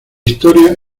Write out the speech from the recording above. historia